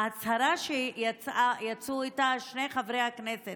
ההצהרה שיצאו איתה שני חברי הכנסת,